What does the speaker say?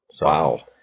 Wow